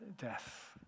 death